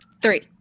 Three